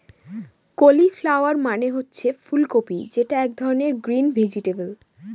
cauliflower মানে হচ্ছে ফুল কপি যেটা এক ধরনের গ্রিন ভেজিটেবল